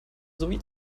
sowie